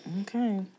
Okay